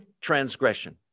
transgression